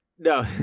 No